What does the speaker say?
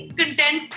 content